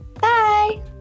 Bye